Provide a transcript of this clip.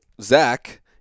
Zach